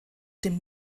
dem